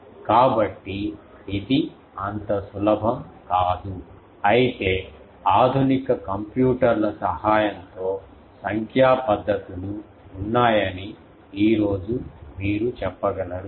కాబట్టి ఇది అంత సులభం కాదు అయితే ఆధునిక కంప్యూటర్ల సహాయంతో సంఖ్యా పద్దతులు ఉన్నాయని ఈ రోజు మీరు చెప్పగలరు